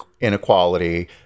inequality